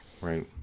right